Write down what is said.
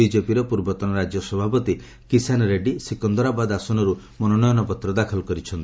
ବିଜେପିର ପୂର୍ବତନ ରାଜ୍ୟ ସଭାପତି କିଷାନ ରେଡ୍ରୀ ସିକନ୍ଦରାବାଦ ଆସନରୁ ମନୋନୟନପତ୍ର ଦାଖଲ କରିଛନ୍ତି